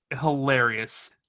Hilarious